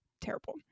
terrible